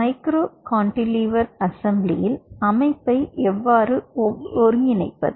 micro cantilever அசெம்பிளியில் அமைப்பை எவ்வாறு ஒருங்கிணைப்பது